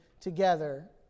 together